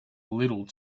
little